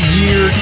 year